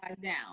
down